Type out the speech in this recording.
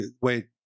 Wait